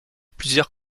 plusieurs